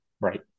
Right